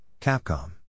Capcom